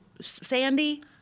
Sandy